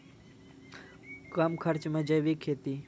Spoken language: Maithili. कम खर्च मे जैविक खेती?